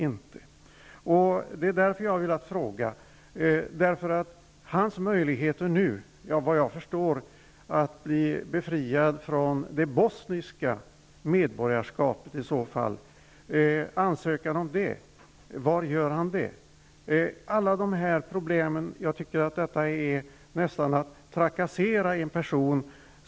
Anledningen till att jag framställde en fråga är att jag vill ha besked om den här mannens möjligheter nu -- såvitt jag förstår handlar det om detta -- att bli befriad från sitt bosniska medborgarskap. Var kan mannen alltså lämna in en ansökan om befrielse? Jag tycker att agerandet här nästan är detsamma som trakasserier av en person.